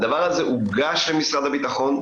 הדבר הזה הוגש למשרד הביטחון,